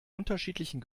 unterschiedlichen